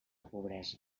pobresa